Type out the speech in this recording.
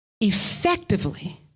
effectively